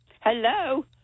hello